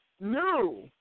new